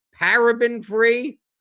paraben-free